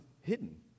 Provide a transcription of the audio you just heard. hidden